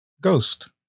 ghost